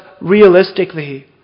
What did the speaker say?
realistically